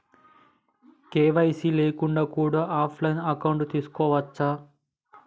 KYC లేకుండా కూడా offline account తీసుకోవచ్చా?